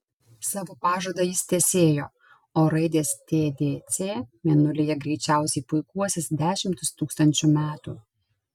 savo pažadą jis tęsėjo o raidės tdc mėnulyje greičiausiai puikuosis dešimtis tūkstančių metų